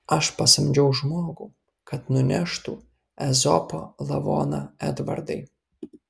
aš pasamdžiau žmogų kad nuneštų ezopo lavoną edvardai